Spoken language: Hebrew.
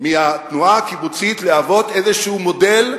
מהתנועה הקיבוצית להוות איזשהו מודל,